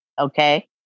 okay